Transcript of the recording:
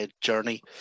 journey